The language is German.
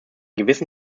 gewissen